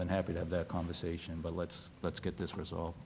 than happy to have that conversation but let's let's get this resolved